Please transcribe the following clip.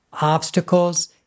obstacles